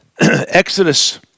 Exodus